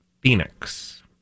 Phoenix